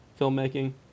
filmmaking